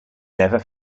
never